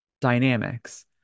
dynamics